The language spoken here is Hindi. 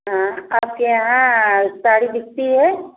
हाँ आपके यहाँ साड़ी बिकती है